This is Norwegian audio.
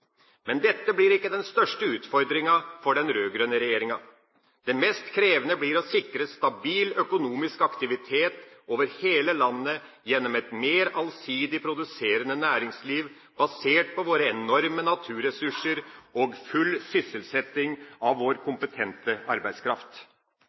Men dette blir ikke den største utfordringa for den rød-grønne regjeringa. Det mest krevende blir å sikre stabil økonomisk aktivitet over hele landet gjennom et mer allsidig produserende næringsliv, basert på våre enorme naturressurser og full sysselsetting av vår